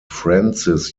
francis